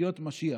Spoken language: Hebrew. אותיות משיח.